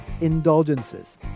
indulgences